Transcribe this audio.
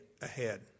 ahead